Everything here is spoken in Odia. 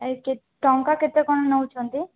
ଆରେ ଟଙ୍କା କେତେ କ'ଣ ନେଉଛନ୍ତି